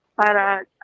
para